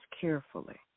carefully